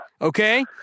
Okay